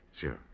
Sure